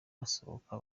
basohoka